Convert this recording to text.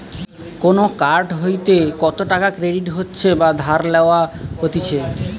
কোন কার্ড হইতে কত টাকা ক্রেডিট হচ্ছে বা ধার লেওয়া হতিছে